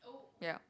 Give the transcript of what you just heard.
yup